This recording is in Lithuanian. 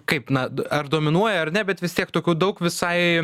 kaip na ar dominuoja ar ne bet vis tiek tokių daug visai